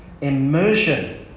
Immersion